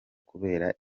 kubera